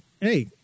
hey